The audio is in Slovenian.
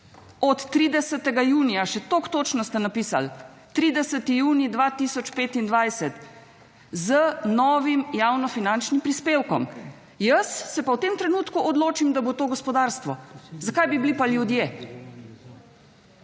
od 30. junija, še toliko točno ste napisali, 30. junij 2025 z novim javnofinančnim prispevkom. Jaz se pa v tem trenutku odločim, da bo to gospodarstvo. Zakaj bi bili pa ljudje?